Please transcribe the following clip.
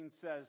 says